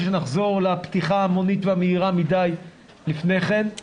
שנחזור לפתיחה ההמונית והמהירה מדי לפני כן.